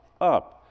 up